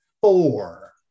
four